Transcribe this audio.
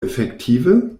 efektive